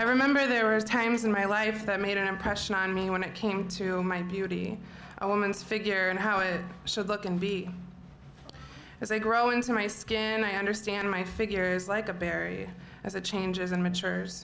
i remember there were times in my life that made an impression on me when it came to my beauty a woman's figure and how it should look and be as i grow into my skin and i understand my figures like a berry as a changes and matures